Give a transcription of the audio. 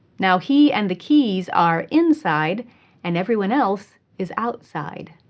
now he and the keys are inside and everyone else is outside.